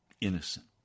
Innocent